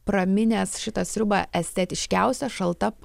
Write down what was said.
praminęs šitą sriubą estetiškiausia šalta